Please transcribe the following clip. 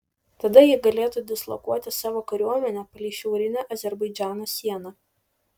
tada ji galėtų dislokuoti savo kariuomenę palei šiaurinę azerbaidžano sieną